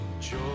joy